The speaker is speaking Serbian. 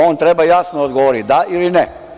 On treba jasno da odgovori – da ili ne.